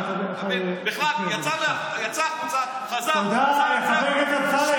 בכלל, יצא החוצה, חזר, תודה, חבר הכנסת אמסלם.